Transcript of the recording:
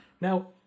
Now